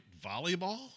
volleyball